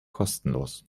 kostenlos